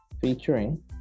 featuring